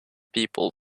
people